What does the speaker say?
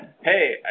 Hey